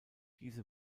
diese